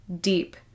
deep